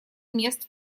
мест